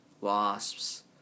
wasps